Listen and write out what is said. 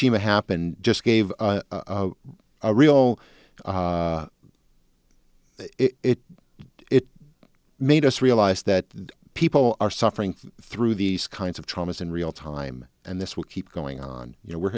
shima happened just gave a real it it made us realize that people are suffering through these kinds of traumas in real time and this will keep going on you know we're